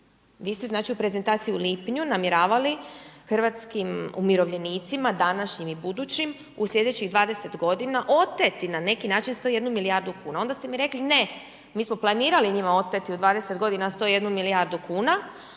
vi ste znači u prezentaciji u lipnju namjeravali hrvatskim umirovljenicima, današnjim i budućim, u sljedećih 20 godina oteti na neki način 101 milijardu kuna. Onda ste mi rekli ne, mi smo planirali njima oteti u 20 godina 101 milijardu kuna,